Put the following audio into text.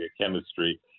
chemistry